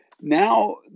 now